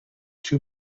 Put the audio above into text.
two